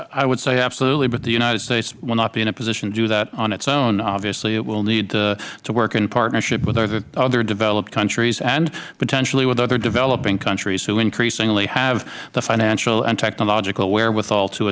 i would say absolutely but the united states will not be in a position to do that on its own obviously it will need to work in partnership with other developed countries and potentially with other developing countries who increasingly have the financial and technological wherewithal to